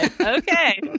okay